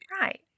Right